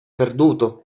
perduto